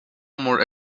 more